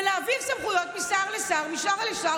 בלהעביר סמכויות משר לשר.